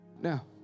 now